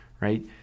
right